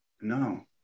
No